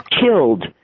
killed